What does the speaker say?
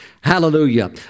Hallelujah